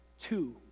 two